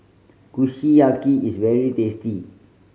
kushiyaki is very tasty